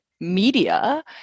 media